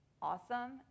awesome